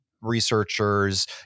researchers